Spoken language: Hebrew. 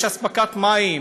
יש אספקת מים